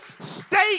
state